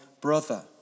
brother